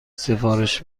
سفارش